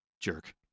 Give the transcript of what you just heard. jerk